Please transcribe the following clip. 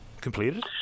completed